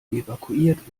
evakuiert